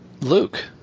Luke